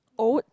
oats